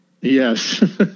Yes